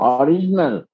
original